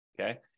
okay